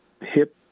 hip